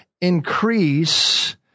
increase